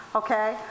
okay